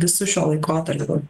visu šiuo laikotarpiu